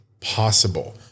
possible